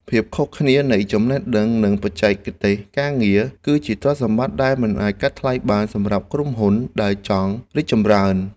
ភាពខុសគ្នានៃចំណេះដឹងនិងបច្ចេកទេសការងារ គឺជាទ្រព្យសម្បត្តិដែលមិនអាចកាត់ថ្លៃបានសម្រាប់ក្រុមហ៊ុនដែលចង់រីកចម្រើន។